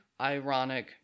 ironic